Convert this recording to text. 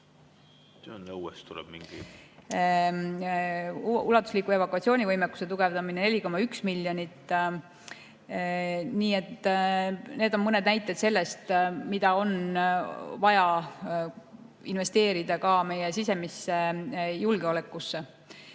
selle lisaeelarvega. Ulatusliku evakuatsioonivõimekuse tugevdamine on 4,1 miljonit. Need on mõned näited sellest, mida on vaja investeerida ka meie sisemisse julgeolekusse.